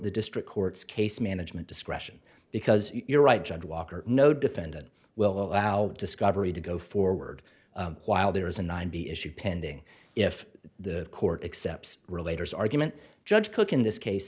the district court's case management discretion because you're right judge walker no defendant will allow discovery to go forward while there is a ninety issue pending if the court accepts related argument judge cook in this case